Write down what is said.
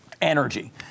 energy